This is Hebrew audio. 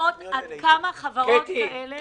ולראות עד כמה חברות כאלה --- אני מכיר.